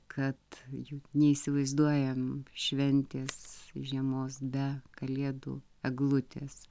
kad juk neįsivaizduojam šventės žiemos be kalėdų eglutės